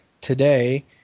today